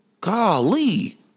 Golly